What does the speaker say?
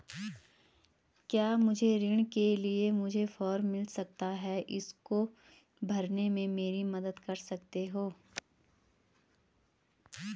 क्या मुझे ऋण के लिए मुझे फार्म मिल सकता है इसको भरने में मेरी मदद कर सकते हो?